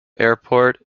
airport